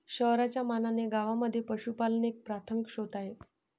शहरांच्या मानाने गावांमध्ये पशुपालन एक प्राथमिक स्त्रोत आहे